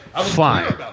Fine